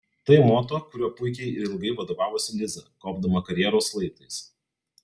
tai moto kuriuo puikiai ir ilgai vadovavosi liza kopdama karjeros laiptais